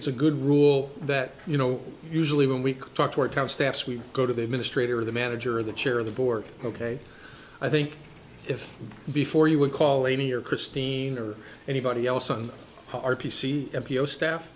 it's a good rule that you know usually when we talk to our town staffs we go to the administrator the manager the chair of the board ok i think if before you would call amy or christine or anybody else on our p c m p o staff